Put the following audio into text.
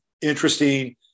interesting